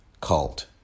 cult